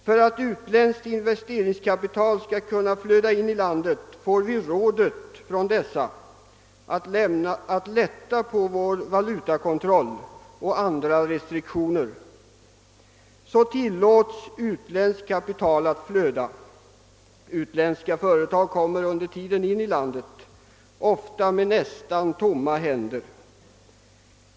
För att utländskt investeringskapital skall kunna flöda in i landet får vi rådet att lätta på vår valutakontroll och andra restriktioner. Så tillåts utländskt kapital att flöda. Utländska företag kommer under tiden in i landet, ofta med nästan tomma händer.